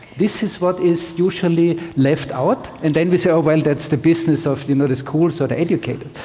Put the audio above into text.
this is what is usually left out. and then we say, oh well, that's the business of you know the schools or the educators.